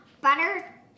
butter